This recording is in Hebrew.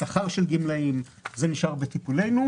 בשכר של גמלאים זה נשאר בטיפולנו,